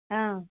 অঁ